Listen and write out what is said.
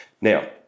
Now